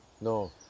No